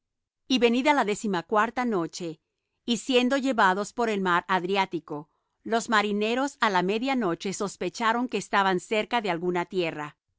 y venida la décimacuarta noche y siendo llevados por el mar adriático los marineros á la media noche sospecharon que estaban cerca de alguna tierra